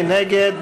מי נגד?